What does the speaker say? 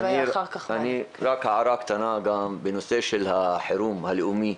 רק הערה קטנה גם, בנושא של החירום הלאומי,